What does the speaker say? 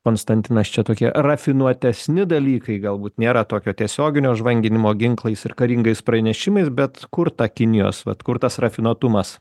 konstantinas čia tokie rafinuotesni dalykai galbūt nėra tokio tiesioginio žvanginimo ginklais ir karingais pranešimais bet kur ta kinijos kurt tas rafinuotumas